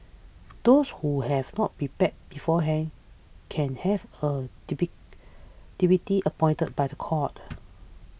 those who have not prepared beforehand can have a depict deputy appointed by the court